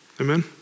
Amen